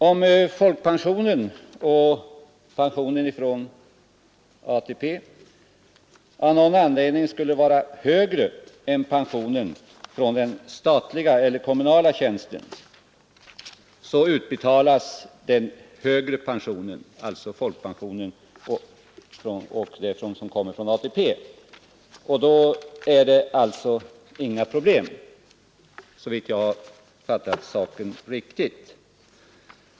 Om folkpensionen och pensionen från ATP av någon anledning skulle vara högre än pensionen från den statliga eller kommunala tjänsten, utbetalas den högre pensionen, alltså folkpensionen och ATP-pensionen. Då uppstår inga problem, såvitt jag har fattat saken riktigt.